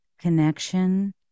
connection